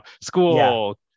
school